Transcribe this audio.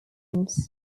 names